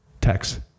Text